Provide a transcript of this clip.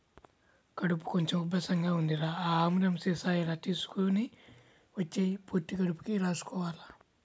కడుపు కొంచెం ఉబ్బసంగా ఉందిరా, ఆ ఆముదం సీసా ఇలా తీసుకొని వచ్చెయ్, పొత్తి కడుపుకి రాసుకోవాల